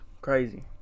Crazy